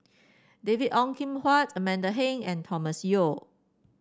David Ong Kim Huat Amanda Heng and Thomas Yeo